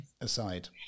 aside